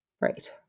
Right